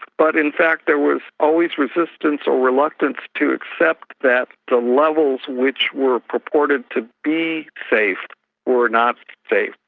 but in fact there was always resistance or reluctance to accept that the levels which were purported to be safe were not safe,